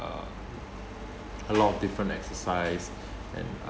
uh a lot of different exercise and